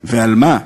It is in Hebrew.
ועל מה?